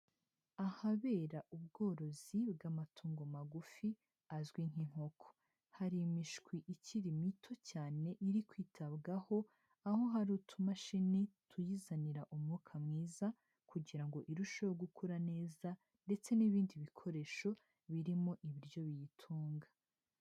Ahabera ubworozi bw'amatungo magufi azwi nk'inkoko, hari imishwi ikiri mito cyane iri kwitabwaho, aho hari utumashini tuyizanira umwuka mwiza kugira ngo irusheho gukura neza ndetse n'ibindi bikoresho birimo ibiryo biyitunga.